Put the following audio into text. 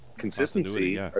consistency